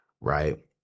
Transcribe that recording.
right